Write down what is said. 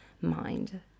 mind